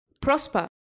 Prosper